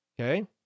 Okay